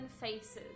faces